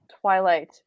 Twilight